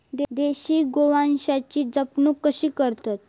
देशी गोवंशाची जपणूक कशी करतत?